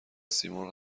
سیمرغ